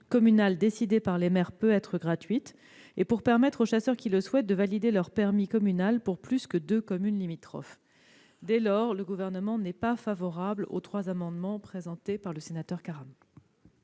communale décidée par les maires peut être gratuite et pour permettre aux chasseurs qui le souhaitent de valider leur permis communal pour plus de deux communes limitrophes. Dès lors, le Gouvernement n'est pas favorable à ces trois amendements. La parole est à M.